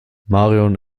marion